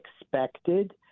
expected